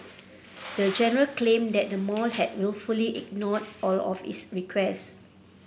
the general claimed that the mall had wilfully ignored all of its requests